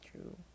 true